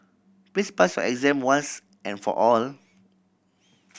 please pass your exam once and for all